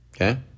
Okay